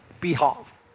behalf